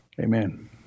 Amen